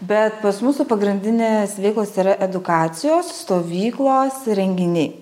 bet pas mūsų pagrindinės veiklos yra edukacijos stovyklos renginiai